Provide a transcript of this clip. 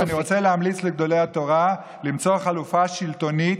אני רוצה להמליץ לגדולי התורה למצוא חלופה שלטונית,